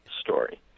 story